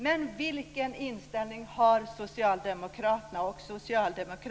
Men vilken inställning har